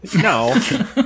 no